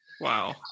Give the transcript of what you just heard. Wow